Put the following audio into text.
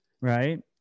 Right